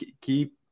keep